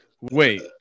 Wait